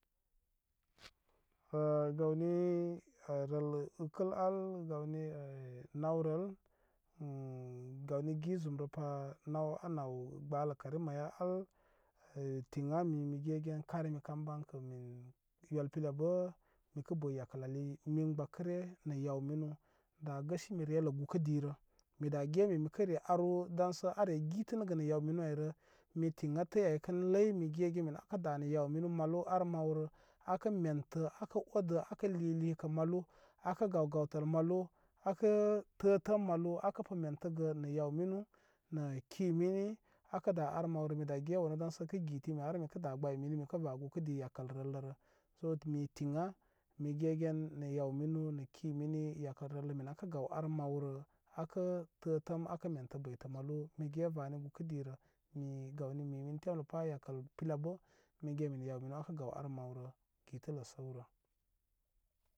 hə gawni rələ əkəl al gawni e nawrə hm gawni gi zumrə pa naw a naw gbələ kəri maya al tiŋ a mi mi ge gen karmi kan bankə min yol pila bə mikə bə yakəl ali men gbəkəre nə yaw minu ɗa gəsiu relə gukə dirə mi də ge min mikə re aru daŋsə are gitənəgə nə yaw minu ayrə mitiŋa a təy ay kən ləynə mi gegen min akə da nə yaw minu malu ar mawrə akə mentə akə odə akə li likə malu. Akə gaw gawtal malu akə tə təm malu apə kə mentəgə nə yaw minu nə ki mini akə da ar mawrə mida ge wanu daŋsə kə gitimi har mikə da gbay mini mikə va gukə di yakəl rəllərə so timi tiŋ a mi gegen nə yaw minu nə ki minin yakəl rəllə kə akə gaw ar maw akə tə təm akə mentə bəytə malu mige vam gukə di rə mi gawni mimin tem'a pa yakəl pila bə mige men nə yaw minu mikə gaw ar mawrə getələ səwrə.